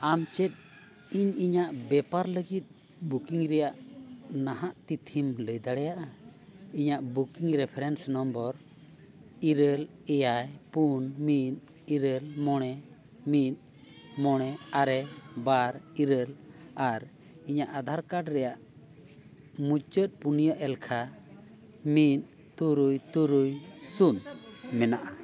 ᱟᱢ ᱪᱮᱫ ᱤᱧ ᱤᱧᱟᱹᱜ ᱵᱮᱯᱟᱨ ᱞᱟᱹᱜᱤᱫ ᱵᱩᱠᱤᱝ ᱨᱮᱭᱟᱜ ᱱᱟᱦᱟᱜ ᱛᱤᱛᱷᱤᱢ ᱞᱟᱹᱭ ᱫᱟᱲᱮᱭᱟᱜᱼᱟ ᱤᱧᱟᱹᱜ ᱵᱩᱠᱤᱝ ᱨᱮᱯᱷᱟᱨᱮᱱᱥ ᱱᱟᱢᱵᱟᱨ ᱤᱨᱟᱹᱞ ᱮᱭᱟᱭ ᱯᱩᱱ ᱢᱤᱫ ᱤᱨᱟᱹᱞ ᱢᱚᱬᱮ ᱢᱤᱫ ᱢᱚᱬᱮ ᱟᱨᱮ ᱵᱟᱨ ᱤᱨᱟᱹᱞ ᱟᱨ ᱤᱧᱟᱹᱜ ᱟᱫᱷᱟᱨ ᱠᱟᱨᱰ ᱨᱮᱭᱟᱜ ᱢᱩᱪᱟᱹᱫ ᱯᱩᱱᱤᱭᱟᱹ ᱮᱞᱠᱷᱟ ᱢᱤᱫ ᱛᱩᱨᱩᱭ ᱛᱩᱨᱩᱭ ᱥᱩᱱ ᱢᱮᱱᱟᱜᱼᱟ